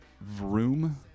Vroom